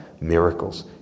miracles